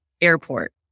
Airport